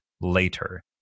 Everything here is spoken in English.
later